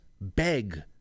beg